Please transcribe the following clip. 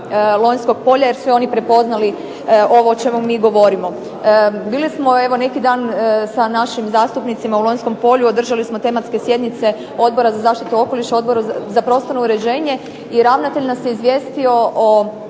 Lonjskog polja jer su oni prepoznali ovo o čemu mi govorim. Bili smo evo neki dan sa našim zastupnicima u Lonjskom polju, održali smo tematske sjednice Odbora za zaštitu okoliša i Odbora za prostorno uređenje i ravnatelj nas je izvijestio o